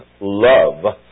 love